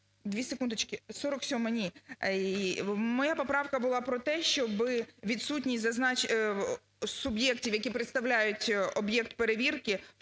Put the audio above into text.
Дві секундочки, 47-а, ні. Моя поправка була про те, щоб відсутність суб'єктів, які представляють об'єкт перевірки